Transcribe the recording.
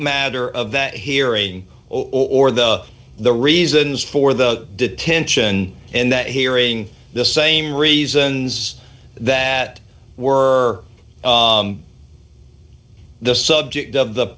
matter of that hearing or the the reasons for the detention and that hearing the same reasons that were the subject of the